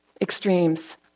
extremes